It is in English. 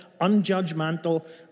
unjudgmental